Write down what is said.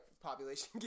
Population